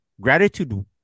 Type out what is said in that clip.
Gratitude